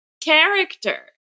character